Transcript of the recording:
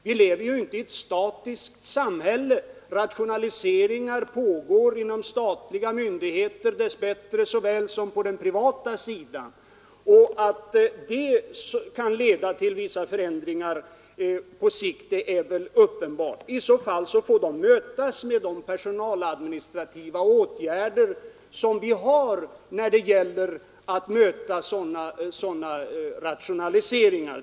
Vi lever inte i ett statiskt samhälle. Rationaliseringar pågår inom statliga myndigheter lika väl som inom den privata sektorn, och att det kan leda till vissa förändringar på sikt är väl uppenbart. De får mötas med sådana personaladministrativa åtgärder som vi har när det gäller rationaliseringar.